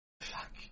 fuck